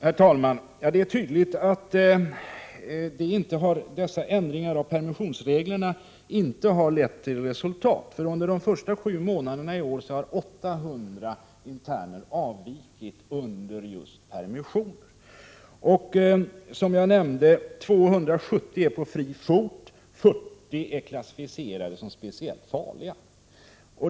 Herr talman! Det är tydligt att dessa ändringar av permissionsreglerna inte har lett till något resultat, eftersom 800 interner har avvikit just under permissioner de första sju månaderna i år. Som jag nämnde är 270 på fri fot, varav 40 är klassificerade som speciellt farliga.